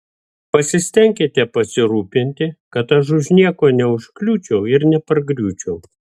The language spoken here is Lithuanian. pasistenkite pasirūpinti kad aš už nieko neužkliūčiau ir nepargriūčiau